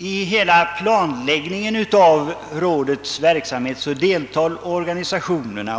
I hela planläggningen av rådets verksamhet deltar organisationerna.